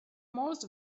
most